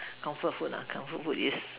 comfort food ah comfort food is